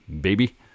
baby